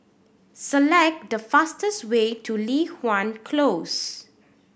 select the fastest way to Li Hwan Close